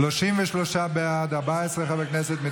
התשפ"ג 2023, לוועדת החוקה, חוק ומשפט נתקבלה.